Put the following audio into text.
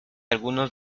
algunos